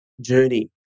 journey